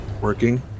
working